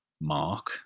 Mark